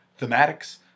thematics